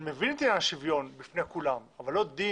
אני מבין את עניין השוויון בפני כולם, אבל לא דין